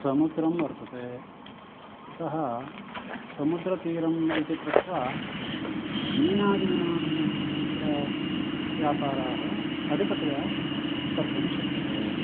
समुद्रं वर्तते अतः समुद्रतीरम् इति कृत्वा मीनादीनां तत्र व्यापाराः अधिकतया कर्तुं शक्यते